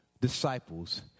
disciples